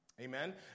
Amen